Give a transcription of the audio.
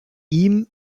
ihm